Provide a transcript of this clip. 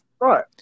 Right